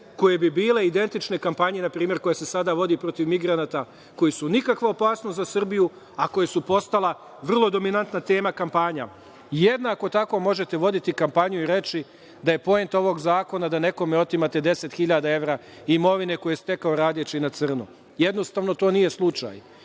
koje bi bile identične npr. kampanji koja se sada vodi protiv migranata, koji su nikakva opasnost za Srbiju, a koji su postala vrlo dominantna tema kampanja. Jednako tako možete voditi kampanju i reći da je poenta ovog zakona da nekome otimate 10 hiljada evra imovine, koju je stekao radeći na crno. Jednostavno, to nije slučaj